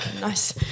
nice